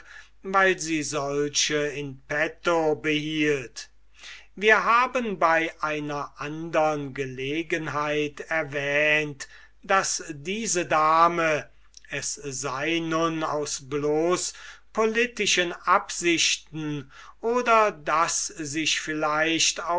weil sie solche in petto behielt wir haben bei einer andern gelegenheit erwähnt daß diese dame es sei nun aus bloß politischen absichten oder daß sich vielleicht